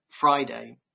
Friday